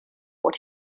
what